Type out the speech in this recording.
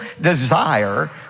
desire